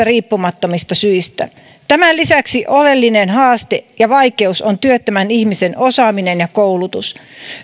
riippumattomista syistä tämän lisäksi oleellinen haaste ja vaikeus on työttömän ihmisen osaaminen ja koulutus